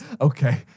Okay